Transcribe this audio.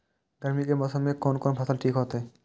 गर्मी के मौसम में कोन कोन फसल ठीक होते?